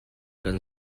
kan